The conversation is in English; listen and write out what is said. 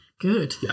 Good